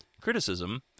criticism